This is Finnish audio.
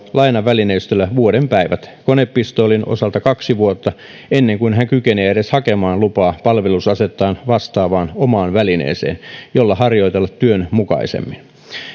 lainavälineistöllä vuoden päivät konepistoolin osalta kaksi vuotta ennen kuin hän kykenee edes hakemaan lupaa palvelusasettaan vastaavaan omaan välineeseen jolla harjoitella työnmukaisemmin